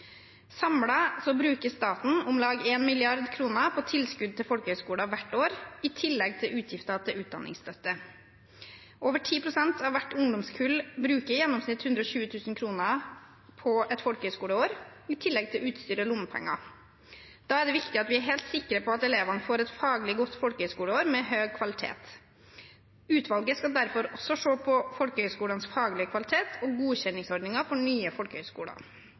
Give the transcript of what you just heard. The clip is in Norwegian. bruker staten om lag 1 mrd. kr på tilskudd til folkehøgskoler hvert år, i tillegg til utgifter til utdanningsstøtte. Over 10 pst. av hvert ungdomskull bruker i gjennomsnitt 120 000 kr på et folkehøgskoleår, i tillegg til utstyr og lommepenger. Da er det viktig at vi er helt sikre på at elevene får et faglig godt folkehøgskoleår med høy kvalitet. Utvalget skal derfor også se på folkehøgskolenes faglige kvalitet og godkjenningsordningen for nye folkehøgskoler.